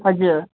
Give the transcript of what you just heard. हजुर